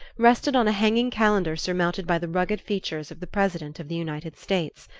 rested on a hanging calendar surmounted by the rugged features of the president of the united states.